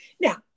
Now